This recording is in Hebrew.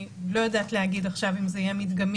אני לא יודעת להגיד עכשיו אם זה יהיה מדגמי